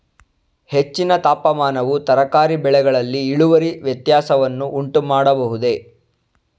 ಹೆಚ್ಚಿನ ತಾಪಮಾನವು ತರಕಾರಿ ಬೆಳೆಗಳಲ್ಲಿ ಇಳುವರಿ ವ್ಯತ್ಯಾಸವನ್ನು ಉಂಟುಮಾಡಬಹುದೇ?